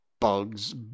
bugs